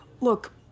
Look